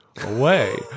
away